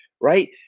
right